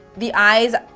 the eyes,